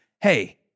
hey